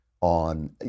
on